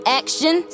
action